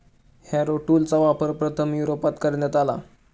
Harrow टूलचा वापर प्रथम युरोपात करण्यात आला